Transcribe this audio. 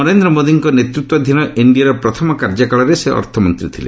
ନରେନ୍ଦ୍ର ମୋଦିଙ୍କ ନେତୃତ୍ୱାଧୀନ ଏନ୍ଡିଏର ପ୍ରଥମ କାର୍ଯ୍ୟକାଳରେ ସେ ଅର୍ଥମନ୍ତ୍ରୀ ଥିଲେ